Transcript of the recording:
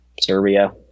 Serbia